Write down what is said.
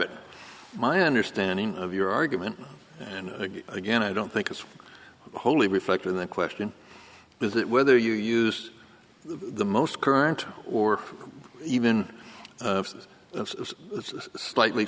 it my understanding of your argument and again i don't think it's wholly reflected in the question is that whether you use the most current or even slightly